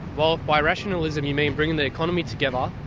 well, if by rationalism you mean bringing the economy together,